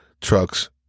trucks